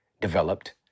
developed